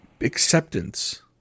acceptance